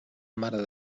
mare